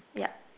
yup